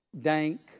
dank